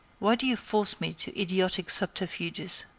why do you force me to idiotic subterfuges?